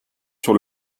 sur